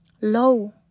low